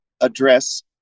address